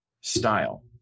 style